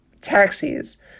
taxis